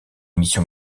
missions